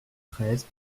treize